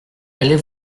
allez